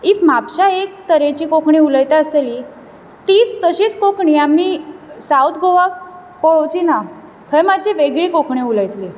if म्हापशां एक तरेची कोंकणी उलयता आसतली तीच तशीच कोंकणी आमी सावथ गोवाक पळोवची ना थंय मातशी वेगळी कोंकणी उलयतली